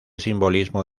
simbolismo